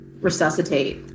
resuscitate